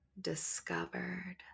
discovered